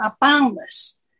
boundless